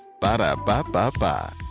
Ba-da-ba-ba-ba